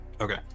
okay